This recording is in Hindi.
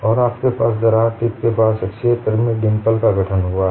और आपके पास दरार टिप के पास के क्षेत्र में डिंपल का गठन हुआ है